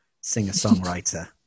singer-songwriter